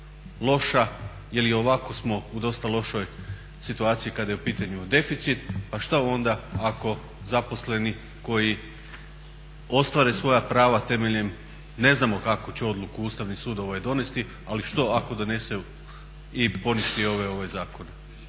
loša jer i ovako smo u dosta lošoj situaciji kada je u pitanju deficit pa šta onda ako zaposleni koji ostvare svoja prava temeljem, ne znamo kakvu će odluku Ustavni sud donijeti ali što ako donese i poništi ove zakone?